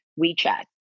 WeChat